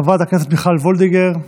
חברת הכנסת מיכל וולדיגר,